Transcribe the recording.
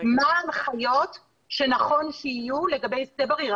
--- מה ההנחיות שנכון שיהיו לגבי שדה בריר.